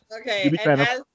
Okay